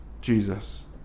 Jesus